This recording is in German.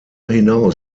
hinaus